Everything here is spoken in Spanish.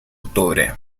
octubre